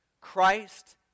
Christ